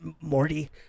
Morty